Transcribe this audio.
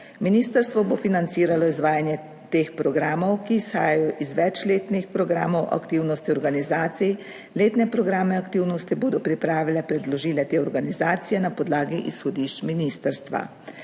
Ministrstvo bo financiralo izvajanje teh programov, ki izhajajo iz več letnih programov aktivnosti organizacij, letne programe aktivnosti bodo pripravile, predložile te organizacije na podlagi izhodišč ministrstva.